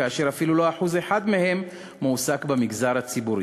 כאשר אפילו לא 1% מהם מועסק במגזר הציבורי?